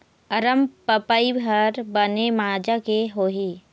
अरमपपई हर बने माजा के होही?